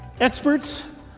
Experts